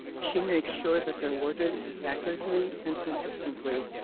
she makes sure that they're worded accurately and consistently.